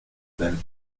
seine